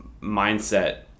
mindset